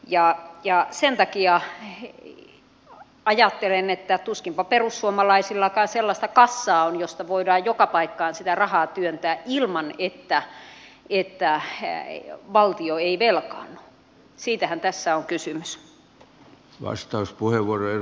sen takia ajattelen että tuskinpa perussuomalaisillakaan sellaista kassaa on josta voidaan joka paikkaan sitä rahaa työntää niin että valtio ei velkaannu siitähän tässä on kysymys